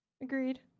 Agreed